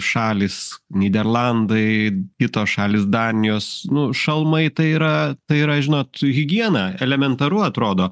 šalys nyderlandai kitos šalys danijos nu šalmai tai yra tai tai yra žinot higiena elementaru atrodo